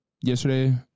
Yesterday